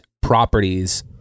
properties